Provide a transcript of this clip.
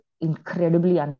incredibly